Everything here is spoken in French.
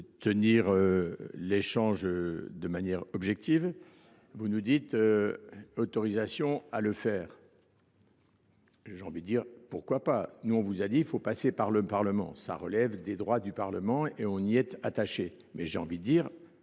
tenir l'échange de manière objective. Vous nous dites autorisation à le faire. j'ai envie de dire pourquoi pas nous on vous a dit il faut passer par le parlement ça relève des droits du parlement et on y est attaché mais j'ai envie de dire